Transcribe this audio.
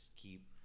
keep